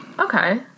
Okay